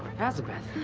azabeth.